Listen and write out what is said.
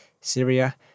Syria